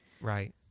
right